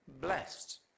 blessed